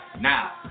now